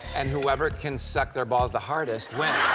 and whoever can suck their balls the hardest, wins.